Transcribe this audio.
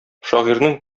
шагыйрьнең